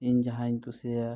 ᱤᱧ ᱡᱟᱦᱟᱧ ᱠᱩᱥᱤᱭᱟᱭᱟ